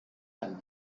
deinem